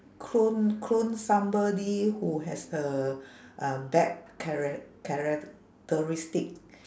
clone clone somebody who has a a bad chara~ characteristic